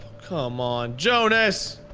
come on, jonas!